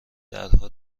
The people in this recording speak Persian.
درها